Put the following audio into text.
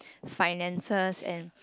finances and